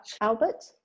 Albert